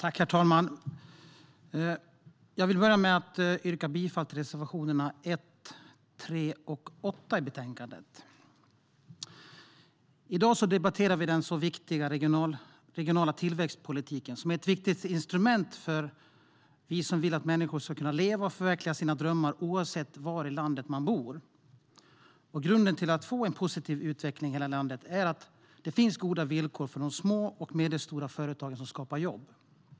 Herr talman! Jag yrkar bifall till reservationerna 1, 3 och 8 i betänkandet. I dag debatterar vi den så viktiga regionala tillväxtpolitiken, som är ett viktigt instrument för oss som vill att människor ska kunna leva och förverkliga sina drömmar oavsett var i landet de bor. Grunden till en positiv utveckling i hela landet är goda villkor för de små och medelstora företag som skapar jobb.